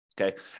Okay